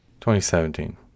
2017